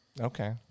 Okay